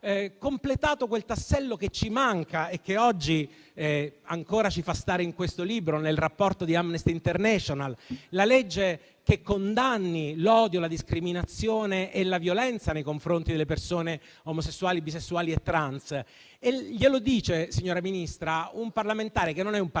completato quel tassello che ci manca e che ancora oggi ci fa stare in questo libro, nel rapporto di Amnesty International. Mi riferisco a una legge che condanni l'odio, la discriminazione e la violenza nei confronti delle persone omosessuali, bisessuali e trans. Glielo dice, signora Ministra, un parlamentare che non è un particolare